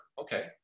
okay